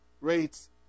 rates